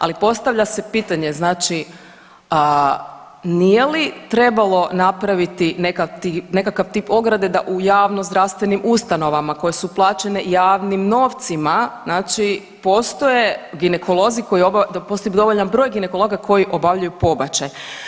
Ali postavlja se pitanje, znači nije li trebalo napraviti nekakav tip ograde da u javnozdravstvenim ustanovama koje su plaćene javnim novcima, znači postoje ginekolozi koji .../nerazumljivo/... da postoji dovoljan broj ginekologa koji obavljaju pobačaj.